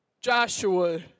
Joshua